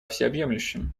всеобъемлющем